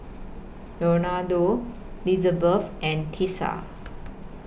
Leonardo Lizabeth and Tessa